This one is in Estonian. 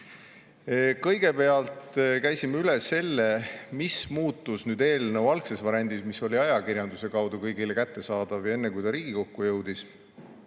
Kõigepealt käisime üle selle, mis muutus võrreldes eelnõu algse variandiga, mis oli ajakirjanduse kaudu kõigile kättesaadav enne, kui ta Riigikokku jõudis.